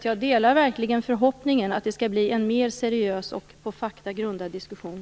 Jag delar verkligen förhoppningen att det skall bli en mer seriös och på fakta grundad diskussion.